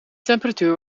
temperatuur